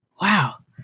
Wow